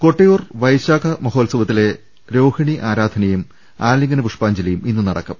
കൊട്ടിയൂർ കൈശാഖ മഹോത്സവത്തിലെ രോഹിണി ആരാധനയും ആലിംഗന പുഷ്പാ ഞ്ജലിയും ഇന്ന് നടക്കും